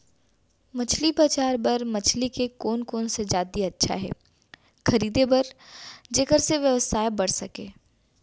मछली बजार बर मछली के कोन कोन से जाति अच्छा हे खरीदे बर जेकर से व्यवसाय बढ़ सके?